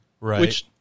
right